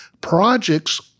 projects